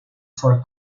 for